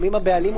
עמימות.